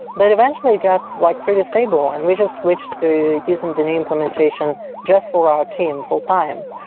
that eventually got like pretty stable and we just switched to using the new implementation just for our team full-time.